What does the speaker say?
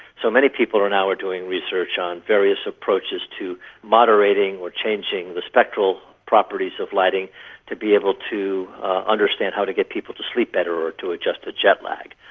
so many people now are doing research on various approaches to moderating or changing the spectral properties of lighting to be able to understand how to get people to sleep better or to adjust to jet lag.